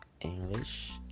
English